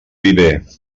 viver